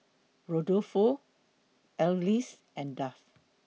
Rudolfo Alease and Duff